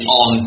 on